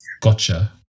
gotcha